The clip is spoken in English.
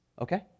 Okay